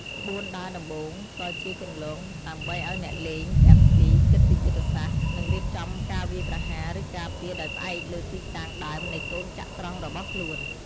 ក្បួនដើរដំបូងក៏ជាគន្លងដើម្បីឲ្យអ្នកលេងទាំងពីរគិតពីយុទ្ធសាស្ត្រ និងរៀបចំការវាយប្រហារឬការពារដោយផ្អែកលើទីតាំងដើមនៃកូនចត្រង្គរបស់ខ្លួន។